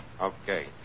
Okay